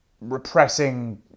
repressing